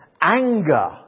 Anger